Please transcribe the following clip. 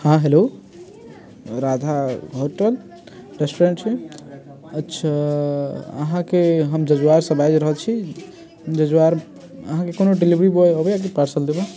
हँ hello Radha hotel restaurant से अच्छा अहाँकेँ हम जजुआर से बाजि रहल छी जजुआर अहाँकेँ कोनो डेलिवरी बुआय अबैया की पार्सल देबऽ